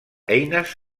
eines